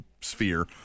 sphere